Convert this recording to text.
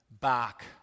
back